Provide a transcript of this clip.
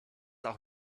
auch